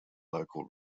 local